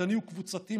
פרטני וקבוצתי,